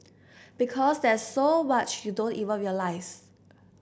because there's so much you don't even realise